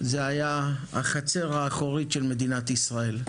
זה היה החצר האחורית של מדינת ישראל.